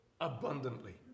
abundantly